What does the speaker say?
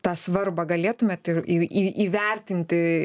tą svarbą galėtumėt ir ir įvertinti